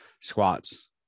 squats